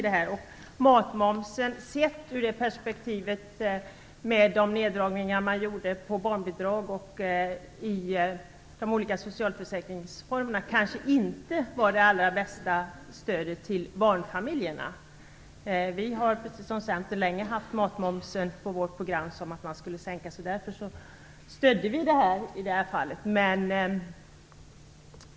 Matmomssänkningen, sett ur perspektivet av de neddragningar man gjorde på barnbidrag och i de olika socialförsäkringsformerna, kanske inte var det allra bästa stödet till barnfamiljerna. Vi har precis som Centern länge haft en sänkning av matmomsen på vårt program. Därför stödde vi förslaget i detta fall.